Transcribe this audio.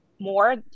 more